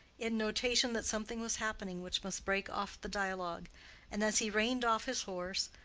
in notation that something was happening which must break off the dialogue and as he reined off his horse,